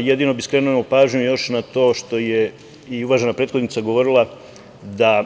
Jedino bih skrenuo pažnju još na to što je i uvažena prethodnica govorila da